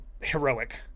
Heroic